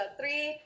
three